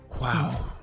wow